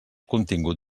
contingut